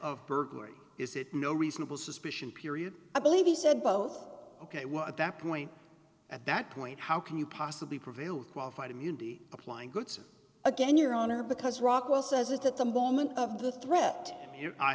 of burglary is it no reasonable suspicion period i believe he said both ok well at that point at that point how can you possibly prevail qualified immunity applying goodson again your honor because rockwell says it at the moment of the threat